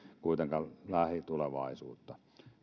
kuitenkaan lähitulevaisuutta